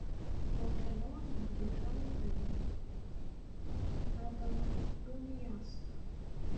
po kelionių grįžau į vilnių radau g miestą